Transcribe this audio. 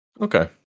okay